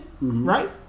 right